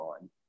on